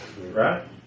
right